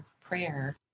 prayer